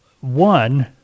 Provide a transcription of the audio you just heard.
one